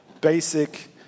basic